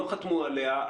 לא חתמו עליה.